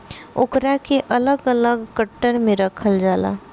ओकरा के अलग अलग गट्ठर मे रखल जाला